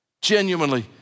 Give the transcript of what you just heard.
genuinely